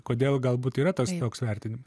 kodėl galbūt yra tas toks vertinim